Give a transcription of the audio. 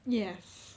yes